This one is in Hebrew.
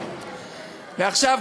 ועכשיו,